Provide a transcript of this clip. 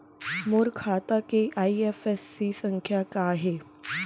मोर खाता के आई.एफ.एस.सी संख्या का हे?